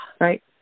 Right